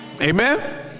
Amen